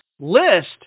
list